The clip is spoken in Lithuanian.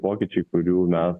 pokyčiai kurių mes